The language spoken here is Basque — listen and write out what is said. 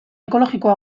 ekologikoa